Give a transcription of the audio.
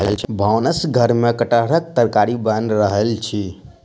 भानस घर में कटहरक तरकारी बैन रहल अछि